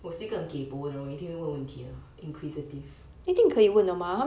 我是一个很 kaypoh 的人我一定会问问题的 inquisitive